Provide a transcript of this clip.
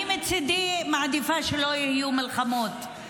אני מצידי מעדיפה שלא יהיו מלחמות,